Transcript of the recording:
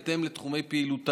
בהתאם לתחומי פעילותם.